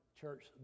church